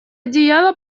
одеяло